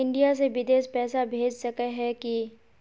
India से बिदेश पैसा भेज सके है की?